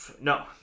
No